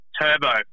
Turbo